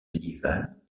médiévales